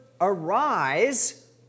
Arise